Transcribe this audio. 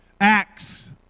acts